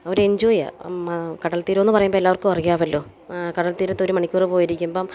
അവർ enjoy ചെയ്യുക കടൽ തീരം എന്ന് പറയുമ്പം എല്ലാവർക്കും അറിയാമല്ലോ കടൽ തീരത്ത് ഒരു മണിക്കൂർ പോയിരിക്കുമ്പം